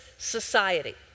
society